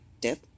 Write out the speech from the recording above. dip